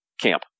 camp